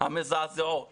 המזעזעות